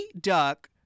Duck